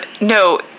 no